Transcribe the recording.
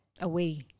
away